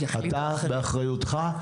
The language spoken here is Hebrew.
באחריותך,